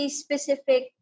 specific